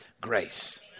grace